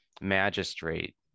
magistrate